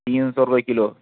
تین سو روپے کلو